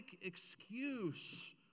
excuse